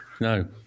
No